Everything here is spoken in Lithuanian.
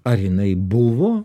ar jinai buvo